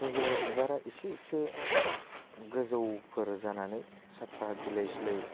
जों जेब्ला बिबारा एसे एसे गोजौफोर जानानै साफा बिलाइ सिलाइ